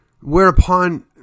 whereupon